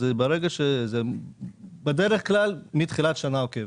אז ברגע שזה, בדרך כלל מתחילת שנה עוקבת.